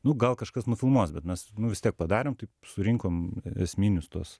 nu gal kažkas nufilmuos bet mes nu vis tiek padarėm taip surinkom esminius tuos